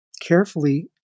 carefully